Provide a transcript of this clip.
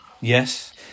Yes